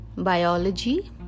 Biology